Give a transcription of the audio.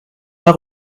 pas